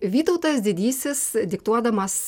vytautas didysis diktuodamas